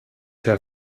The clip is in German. herr